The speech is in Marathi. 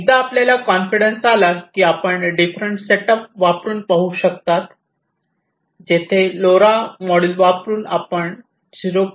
आणि एकदा आपल्याला कॉन्फिडन्स आला की आपण डिफरंट सेटअप वापरुन पाहु शकता जेथे लोरा मॉड्यूल वापरुन आपण 0